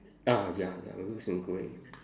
ah ya ya the wheels in grey